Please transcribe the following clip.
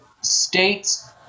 states